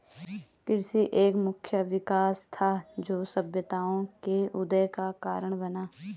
कृषि एक मुख्य विकास था, जो सभ्यताओं के उदय का कारण बना